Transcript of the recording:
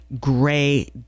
gray